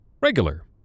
Regular